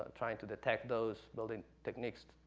trying to detect those, building techniques,